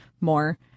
more